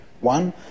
One